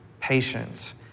patience